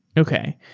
okay.